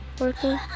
Working